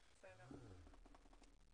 לאותה פנייה זהה לשימוש בדואר אלקטרוני,